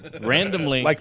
randomly